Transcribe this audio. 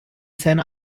seiner